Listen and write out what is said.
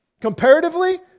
Comparatively